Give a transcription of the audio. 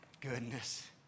goodness